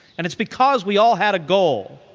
and it's because we all had a goal.